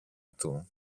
του